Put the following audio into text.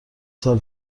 سال